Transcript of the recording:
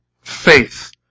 faith